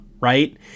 right